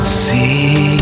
see